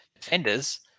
Defenders